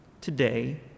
today